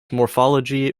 morphology